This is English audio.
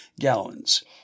gallons